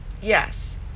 Yes